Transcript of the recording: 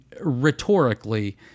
rhetorically